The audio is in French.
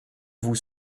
vous